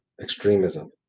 Extremism